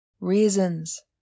Reasons